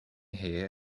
here